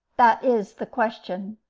that is the question.